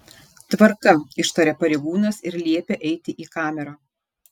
tvarka ištaria pareigūnas ir liepia eiti į kamerą